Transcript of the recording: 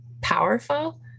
powerful